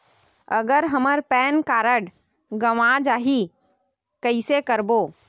अगर हमर PAN card गवां जाही कइसे करबो?